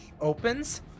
opens